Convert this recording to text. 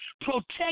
Protect